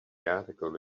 article